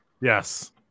Yes